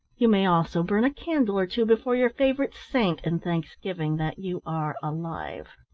you may also burn a candle or two before your favourite saint, in thanksgiving that you are alive.